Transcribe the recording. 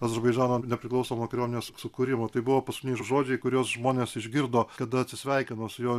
azerbaidžano nepriklausomo kelionės sukūrimo tai buvo paskutiniai žodžiai kuriuos žmonės išgirdo kada atsisveikino su juo